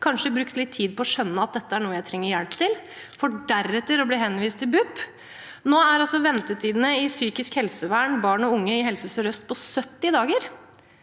kanskje har brukt litt tid på å skjønne at dette er noe hun trenger hjelp til, for deretter å bli henvist til BUP. Nå er ventetidene i psykisk helsevern for barn og unge i Helse sør-øst 70 dager.